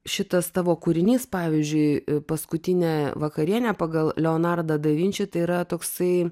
šitas tavo kūrinys pavyzdžiui paskutinė vakarienė pagal leonardą da vinčį tai yra toksai